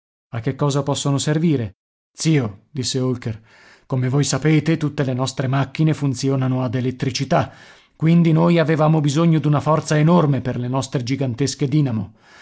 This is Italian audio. a che cosa possono servire zio disse holker come voi sapete tutte le nostre macchine funzionano ad elettricità quindi noi avevamo bisogno d'una forza enorme per le nostre gigantesche dinamo